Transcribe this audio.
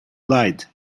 lied